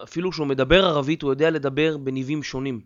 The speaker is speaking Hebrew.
אפילו שהוא מדבר ערבית הוא יודע לדבר בניבים שונים